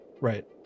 Right